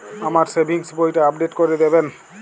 আমার সেভিংস বইটা আপডেট করে দেবেন?